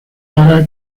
para